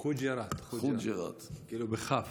ח'וג'יראת, כאילו בכ"ף.